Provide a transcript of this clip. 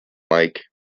mic